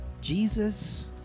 Jesus